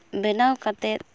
ᱵᱮᱱᱟᱣ ᱠᱟᱛᱮᱫ